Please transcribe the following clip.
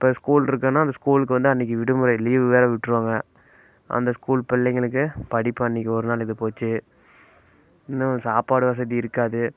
இப்போ ஸ்கூல் இருக்குன்னா அந்த ஸ்கூலுக்கு வந்து அன்னைக்கு விடுமுறை லீவு வேற விட்டுருவாங்க அந்த ஸ்கூல் பிள்ளைங்களுக்கு படிப்பும் அன்னைக்கு ஒருநாள் இது போச்சு இன்னும் சாப்பாடு வசதி இருக்காது